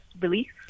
relief